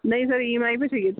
نہیں sir E M I پہ چاہیے